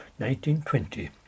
1920